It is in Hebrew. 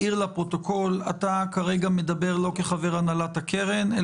מדבר כרגע כחבר הנהלת הקרן,